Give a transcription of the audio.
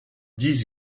dix